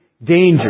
danger